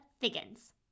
Figgins